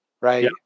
right